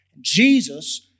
Jesus